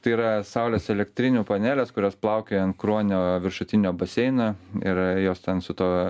tai yra saulės elektrinių panelės kurios plaukioja ant kruonio viršutinio baseino ir jos ten su tuo